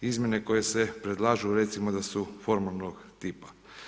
Izmjene koje se predlažu recimo da su formalnog tipa.